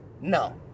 No